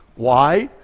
why?